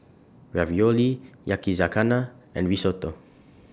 Ravioli Yakizakana and Risotto